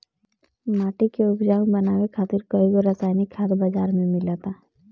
माटी के उपजाऊ बनावे खातिर कईगो रासायनिक खाद बाजार में मिलता